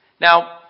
Now